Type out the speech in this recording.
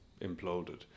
imploded